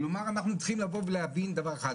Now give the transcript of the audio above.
כלומר אנחנו צריכים להבין דבר אחד.